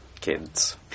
kids